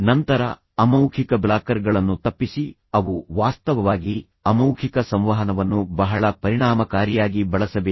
ನಂತರ ಅಮೌಖಿಕ ಬ್ಲಾಕರ್ಗಳನ್ನು ತಪ್ಪಿಸಿ ಅವು ವಾಸ್ತವವಾಗಿ ಅಮೌಖಿಕ ಸಂವಹನವನ್ನು ಬಹಳ ಪರಿಣಾಮಕಾರಿಯಾಗಿ ಬಳಸಬೇಕು